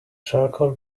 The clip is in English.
charcoal